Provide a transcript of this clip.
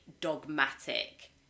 dogmatic